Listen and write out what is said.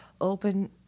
open